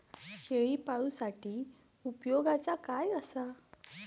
शेळीपाळूसाठी उपयोगाचा काय असा?